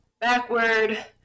backward